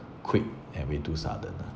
quick and way too sudden lah